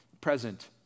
present